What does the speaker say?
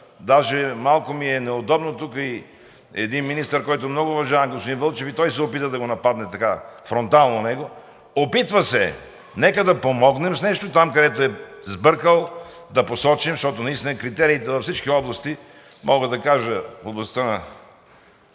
Даже малко ми е неудобно, тук и един министър, който много уважавам, господин Вълчев, и той се опита да го нападне него фронтално. Опитва се – нека да помогнем с нещо, там, където е сбъркал, да посочим, защото наистина критериите във всички области – мога да кажа в областта на